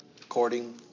according